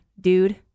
dude